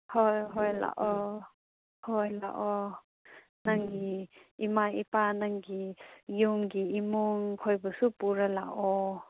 ꯍꯣꯏ ꯍꯣꯏ ꯂꯥꯛꯑꯣ ꯍꯣꯏ ꯂꯥꯛꯑꯣ ꯅꯪꯒꯤ ꯏꯃꯥ ꯏꯄꯥ ꯅꯪꯒꯤ ꯌꯨꯝꯒꯤ ꯏꯃꯨꯡꯕꯨꯁꯨ ꯄꯨꯔ ꯂꯥꯛꯑꯣ